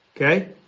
okay